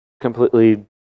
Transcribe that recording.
completely